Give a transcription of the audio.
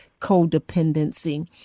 codependency